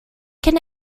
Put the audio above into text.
can